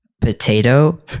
Potato